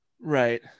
Right